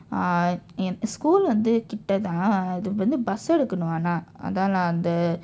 ah en~ school வந்து கிட்ட தான் அது வந்து:vandthu kitda thaan athu vandthu bus எடுக்கணும் ஆனால் அதான் நான் வந்து:edukkanuum aanaal athaan naan vandthu